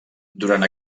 durant